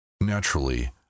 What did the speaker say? Naturally